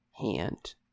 hand